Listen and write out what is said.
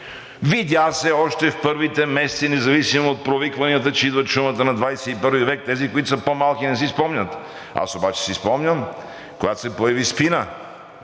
Видя се още в първите месеци, независимо от провикванията, че идва чумата на XXI век. Тези, които са по-малки, не си спомнят, аз обаче си спомням, когато се появи